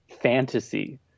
fantasy